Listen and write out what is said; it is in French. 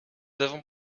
avons